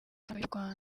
y’amafaranga